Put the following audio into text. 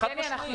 חד-משמעית.